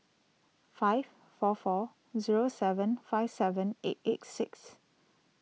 five four four zero seven five seven eight eight six